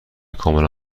کاملا